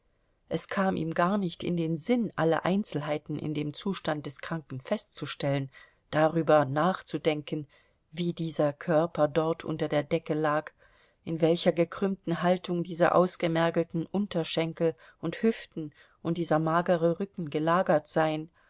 es kam ihm gar nicht in den sinn alle einzelheiten in dem zustand des kranken festzustellen darüber nachzudenken wie dieser körper dort unter der decke lag in welcher gekrümmten haltung diese ausgemergelten unterschenkel und hüften und dieser magere rücken gelagert seien